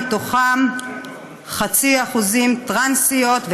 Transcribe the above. ומהן 0.5% טרנסיות,